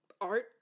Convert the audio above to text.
art